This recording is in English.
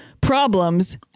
problems